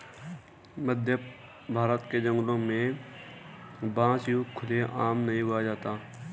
मध्यभारत के जंगलों में बांस यूं खुले आम नहीं उगाया जाता